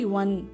one